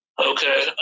Okay